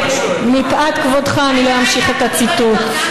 ומפאת כבודך אני לא אמשיך את הציטוט,